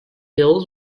hills